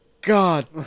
god